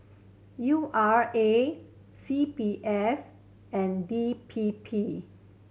U R A C P F and D P P